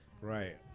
Right